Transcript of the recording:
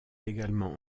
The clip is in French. également